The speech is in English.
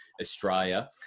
Australia